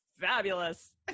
Fabulous